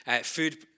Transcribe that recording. food